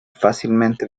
fácilmente